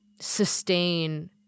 sustain